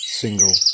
single